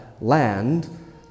land